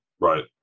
right